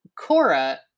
Cora